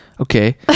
Okay